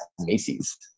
Macy's